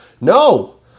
No